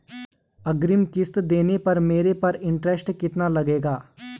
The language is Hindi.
अग्रिम किश्त देने पर मेरे पर इंट्रेस्ट कितना लगेगा?